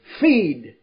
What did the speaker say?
feed